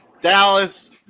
Dallas